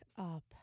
up